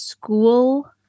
school